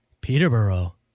Peterborough